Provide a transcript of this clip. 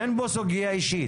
אין פה סוגיה אישית.